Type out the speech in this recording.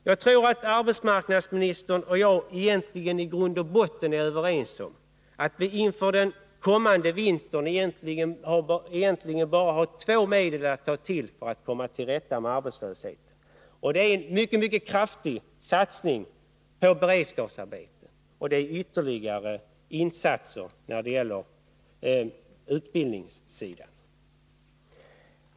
Jag tror att arbetsmarknadsministern och jag i grund och botten är överens omatt vi inför den kommande vintern egentligen bara har två medel att ta till för att komma till rätta med arbetslösheten. Det är en mycket kraftig satsning på beredskapsarbeten, och det är ytterligare insatser på utbildningssidan.